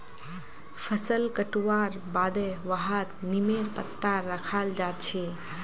फसल कटवार बादे वहात् नीमेर पत्ता रखाल् जा छे